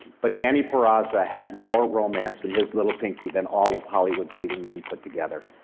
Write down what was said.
but danny perasa had more romance in his little pinky than all of hollywood's leading men put together.